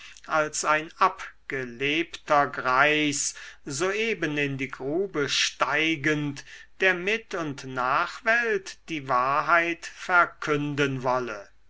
als ein abgelebter greis soeben in die grube steigend der mit und nachwelt die wahrheit verkünden wolle